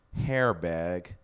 Hairbag